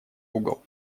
угол